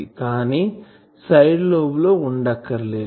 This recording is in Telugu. కానీ సైడ్ లోబ్ లో ఉండక్కర్లేదు